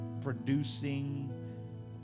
producing